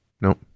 Nope